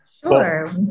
Sure